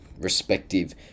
respective